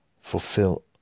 Fulfill